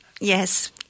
Yes